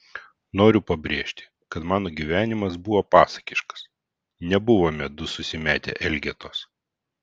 noriu pabrėžti kad mano gyvenimas buvo pasakiškas nebuvome du susimetę elgetos